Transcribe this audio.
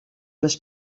les